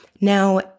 Now